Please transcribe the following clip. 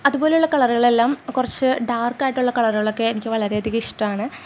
അത്പോലുള്ള കളറുകളെല്ലാം കുറച്ച് ഡാര്ക്കായിട്ടുള്ള കളറുകളൊക്കെ വളരെയധികം ഇഷ്ടമാണ്